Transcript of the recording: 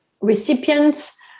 recipients